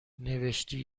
نوشتی